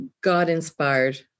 God-inspired